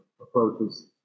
approaches